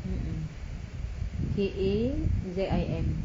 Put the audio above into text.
mmhmm K A Z I M